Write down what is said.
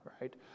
right